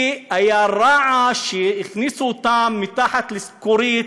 כי היה רעש כשהכניסו אותה מתחת ל"איסכורית",